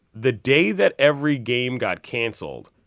the day that every game got canceled,